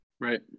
Right